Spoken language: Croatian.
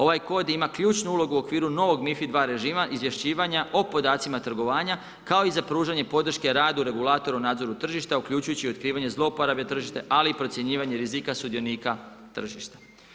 Ovaj kod ima ključnu ulogu u okviru novog MiFID II režima, izvješćivanja o podacima trgovanja kao i za pružanje podrške radu, regulatoru nadzoru tržišta uključujući otkrivanje zlouporabe tržišta ali i procjenjivanje rizika sudionika tržišta.